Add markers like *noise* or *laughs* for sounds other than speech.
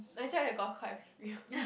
actually I got quite a few *laughs*